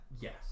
yes